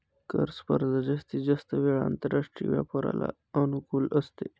कर स्पर्धा जास्तीत जास्त वेळा आंतरराष्ट्रीय व्यापाराला अनुकूल असते